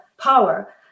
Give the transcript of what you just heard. Power